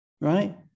right